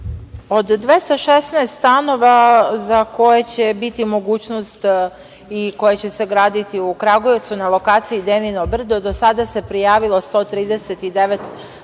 Od 216 stanova za koje će biti mogućnosti i koja će se graditi u Kragujevcu na lokaciji Denino brdo, do sada se prijavilo 139 pripadnika